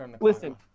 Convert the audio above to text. Listen